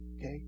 Okay